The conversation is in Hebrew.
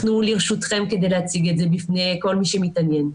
אנחנו לרשותכם כדי להציג את זה בפני כל מי שמתעניין.